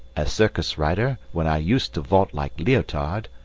a circus-rider, when i used to vault like leotard,